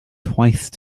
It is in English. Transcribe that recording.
twice